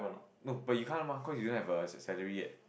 no but you can't mah cause you don't have a a salary yet